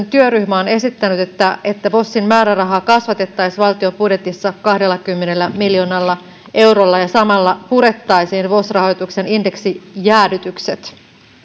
työryhmä on esittänyt että että vosin määrärahaa kasvatettaisiin valtion budjetissa kahdellakymmenellä miljoonalla eurolla ja samalla purettaisiin vos rahoituksen indeksijäädytykset